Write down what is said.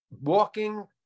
walking